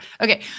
Okay